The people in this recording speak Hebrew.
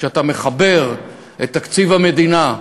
כשאתה מחבר את תקציב המדינה,